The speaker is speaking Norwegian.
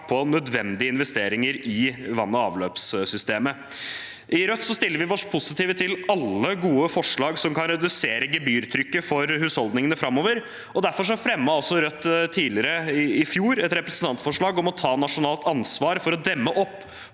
på nødvendige investeringer i vann- og avløpssystemet. I Rødt stiller vi oss positive til alle gode forslag som kan redusere gebyrtrykket for husholdningene framover, og derfor fremmet også Rødt i fjor et representantforslag om å ta nasjonalt ansvar for å demme opp